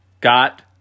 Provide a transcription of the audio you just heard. got